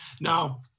Now